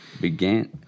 began